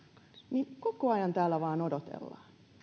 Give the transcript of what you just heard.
niin koko ajan täällä vain odotellaan